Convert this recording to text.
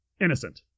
Innocent